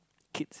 kids